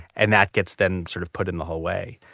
and that gets them sort of put in the whole way.